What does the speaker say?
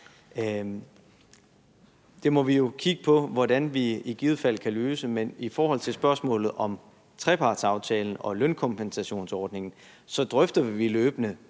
Det må vi jo kigge på hvordan vi i givet fald kan løse. Men i forhold til spørgsmålet om trepartsaftalen og lønkompensationsordningen kan jeg sige,